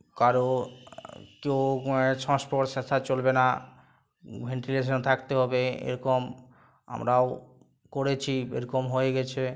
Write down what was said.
কারো কেউ সংস্পর্শে আসা চলবে না ভেন্টিলেশানে থাকতে হবে এরকম আমরাও করেছি এরকম হয় গেছে